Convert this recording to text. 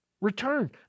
Return